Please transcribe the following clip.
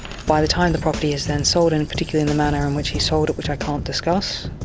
by the time the property is then sold and particularly in the manner in which he sold it, which i can't discuss,